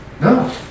No